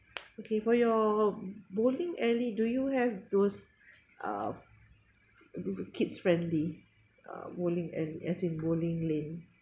okay for your bowling alley do you have those uh the kids friendly uh bowling alley as in bowling lane